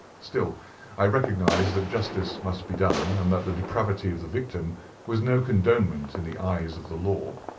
still i recognized that justice must be done, and that the depravity of the victim was no condonment eleven in the eyes of the law.